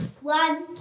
One